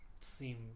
seem